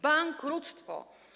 Bankructwo.